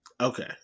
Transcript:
Okay